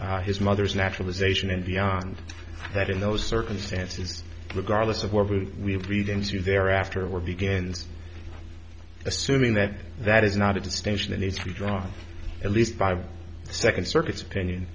his mother's naturalization and beyond that in those circumstances regardless of what we read into there after we're begins assuming that that is not a distinction that needs to be drawn at least five second circuit's opinion